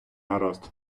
гаразд